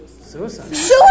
Suicide